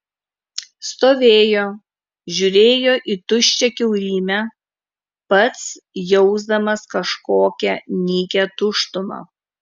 stovėjo žiūrėjo į tuščią kiaurymę pats jausdamas kažkokią nykią tuštumą